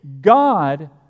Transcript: God